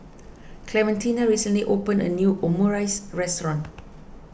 Clementina recently opened a new Omurice restaurant